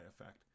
effect